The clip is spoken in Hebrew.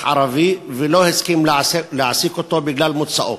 ערבי ולא הסכים להעסיק אותו בגלל מוצאו.